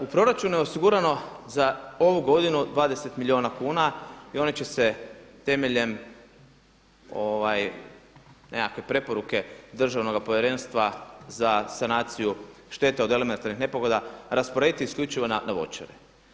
U proračunu je osigurano za ovu godinu 20 milijuna kuna i oni će se temeljem nekakve preporuke Državnoga povjerenstva za sanaciju štete od elementarnih nepogoda rasporediti isključivo na voćare.